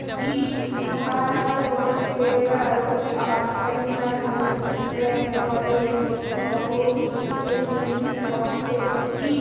भारतत केरल आर तमिलनाडुत जायफलेर बहुत खेती हछेक